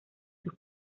sus